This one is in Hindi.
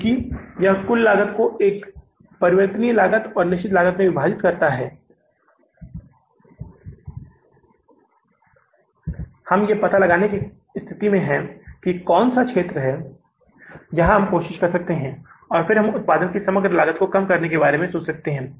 लेकिन अब हमारे पास कितना अधिशेष है 216000 डॉलर जिससे हम उस उधार का भुगतान कर सकते हैं जिसे हमने जून के महीने में बैंक से उधार लिया है हमने 318000 डॉलर उधार लिए हैं लेकिन हम इस स्थिति में नहीं हैं कि 318000 डॉलर की इस पूरी राशि का भुगतान कर पाए हमारे पास केवल 216000 डॉलर का अधिशेष है